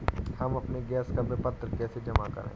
हम अपने गैस का विपत्र कैसे जमा करें?